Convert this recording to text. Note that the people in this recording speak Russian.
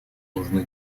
нужны